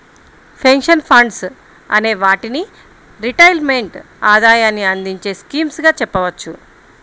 pension funds అనే వాటిని retirement ఆదాయాన్ని అందించే స్కీమ్స్ గా చెప్పవచ్చు